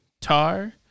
Tar